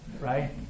right